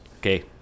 Okay